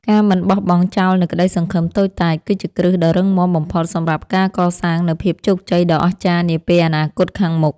ការមិនបោះបង់ចោលនូវក្ដីសង្ឃឹមតូចតាចគឺជាគ្រឹះដ៏រឹងមាំបំផុតសម្រាប់ការកសាងនូវភាពជោគជ័យដ៏អស្ចារ្យនាពេលអនាគតខាងមុខ។